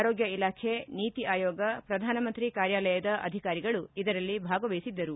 ಆರೋಗ್ಯ ಇಲಾಖೆ ನೀತಿ ಆಯೋಗ ಪ್ರಧಾನಮಂತ್ರಿ ಕಾರ್ಯಾಲಯದ ಅಧಿಕಾರಿಗಳು ಇದರಲ್ಲಿ ಭಾಗವಹಿಸಿದ್ದರು